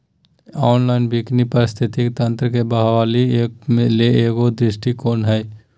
analogue वानिकी पारिस्थितिकी तंत्र के बहाली ले एगो दृष्टिकोण हइ